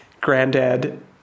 granddad